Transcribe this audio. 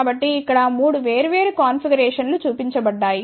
కాబట్టి ఇక్కడ 3 వేర్వేరు కాన్ఫిగరేషన్లు చూపించబడ్డాయి